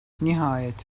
nihayet